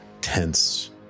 tense